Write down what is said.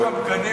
מתעסק עם,